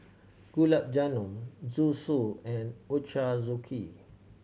Gulab Jamun Zosui and Ochazuke